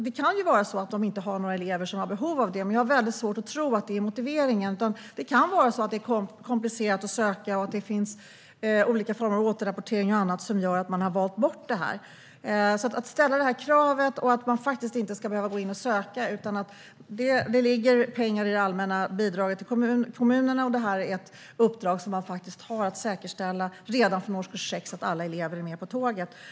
Det kan vara så att de inte har några elever som har behov av det. Men jag har mycket svårt att tro att det är motiveringen. Det kan vara så att det är komplicerat att söka och att det finns olika former av återrapportering och annat som gör att de har valt bort detta. Vi anser att detta krav ska ställas och att man faktiskt inte ska behöva gå in och söka. Det ligger pengar i det allmänna bidraget till kommunerna, och detta är ett uppdrag som man faktiskt har att redan från årskurs 6 säkerställa att alla elever är med på tåget.